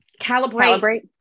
calibrate